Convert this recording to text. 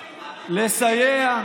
לסייע.